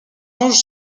anges